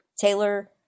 Taylor